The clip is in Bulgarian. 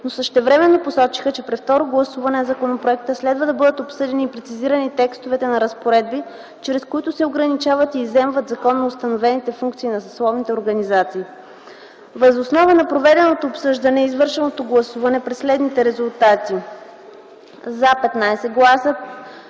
но същевременно посочиха, че при второ гласуване на законопроекта следва да бъдат обсъдени и прецизирани текстовете на разпоредбите, чрез които се ограничават и изземват законоустановени функции на съсловните организации. Въз основа на проведеното обсъждане и извършеното гласуване при следните резултати: „за” – 15,